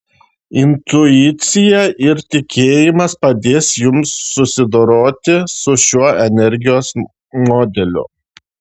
intuicija ir tikėjimas padės jums susidoroti su šiuo energijos modeliu